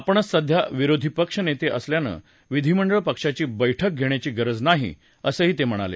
आपणच सध्या विरोधी पक्षनेते असल्यानं विधीमंडळ पक्षाची बैठक घेण्याची गरज नाही असं ते म्हणाले